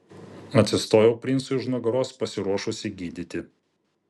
atsistojau princui už nugaros pasiruošusi gydyti